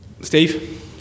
Steve